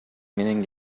менен